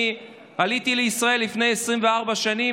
אני עליתי לישראל לפני 24 שנים,